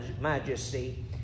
majesty